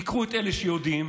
תיקחו את אלה שיודעים,